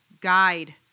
guide